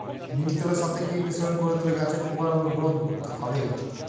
নিম তেলের সাথে কি মিশ্রণ করে দিলে গাছের পোকা রোধ হবে?